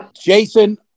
Jason